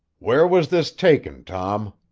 where was this taken, tom?